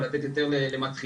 ולתת יותר למתחילים.